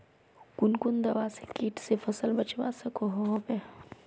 कुन कुन दवा से किट से फसल बचवा सकोहो होबे?